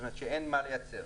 כשאין מה לייצר.